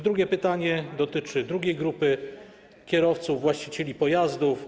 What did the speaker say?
Drugie pytanie dotyczy drugiej grupy: kierowców, właścicieli pojazdów.